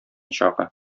чагы